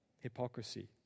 hypocrisy